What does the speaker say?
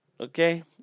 Okay